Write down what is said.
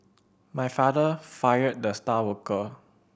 my father fired the star worker